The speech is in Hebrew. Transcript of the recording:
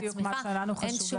זה בדיוק מה שהיה לנו חשוב.